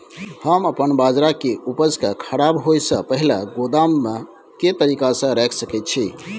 हम अपन बाजरा के उपज के खराब होय से पहिले गोदाम में के तरीका से रैख सके छी?